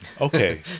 Okay